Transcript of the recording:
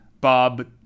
Bob